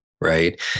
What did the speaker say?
right